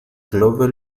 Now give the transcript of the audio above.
global